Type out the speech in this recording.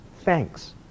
thanks